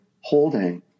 holding